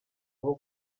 aho